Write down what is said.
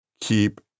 keep